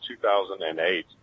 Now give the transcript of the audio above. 2008